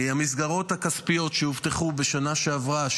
המסגרות הכספיות שהובטחו בשנה שעברה,